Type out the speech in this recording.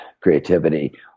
creativity